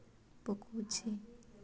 ପକଉଛି